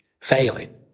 failing